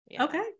Okay